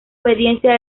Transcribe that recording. obediencia